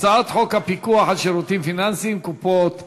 הצעת חוק הפיקוח על שירותים פיננסיים (קופות גמל)